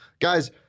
Guys